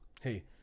Hey